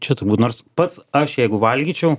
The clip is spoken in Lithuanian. čia turbūt nors pats aš jeigu valgyčiau